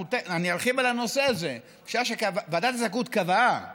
אני ארחיב על הנושא הזה: ועדת הזכאות קבעה